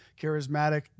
charismatic